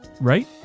right